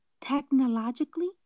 technologically